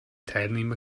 teilnehmer